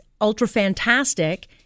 ultra-fantastic